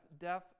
Death